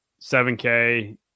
7k